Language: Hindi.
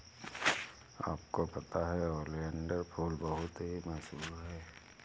आपको पता है ओलियंडर फूल बहुत ही मशहूर है